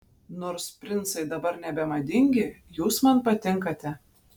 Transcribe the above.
nors princai dabar nebemadingi jūs man patinkate